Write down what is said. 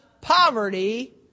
poverty